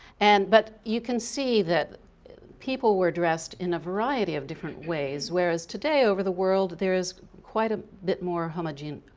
and but you can see that people were dressed in a variety of different ways whereas today over the world there is quite a bit more homogeneity.